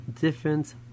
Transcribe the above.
different